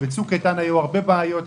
בצוק איתן היו הרבה בעיות,